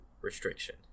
restriction